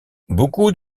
beaucoup